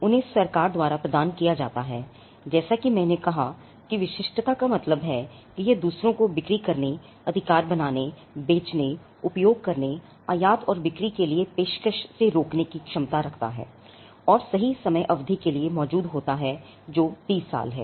उन्हें सरकार द्वारा प्रदान किया जाता है जैसा कि मैंने कहा कि विशिष्टता का मतलब है कि यह दूसरों को बिक्री करने अधिकार बनाने बेचने उपयोग करने आयात और बिक्री के लिए पेशकश से रोकने की क्षमता रखता है और सही समय अवधि के लिए मौजूद होता है जो बीस साल है